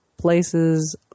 places